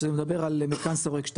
שזה מדבר על מתקן שורק 2,